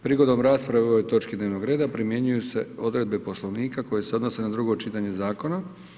Prigodom rasprave o ovoj točki dnevnog reda primjenjuju se odredbe Poslovnika koje se odnose na drugo čitanje zakona.